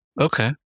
Okay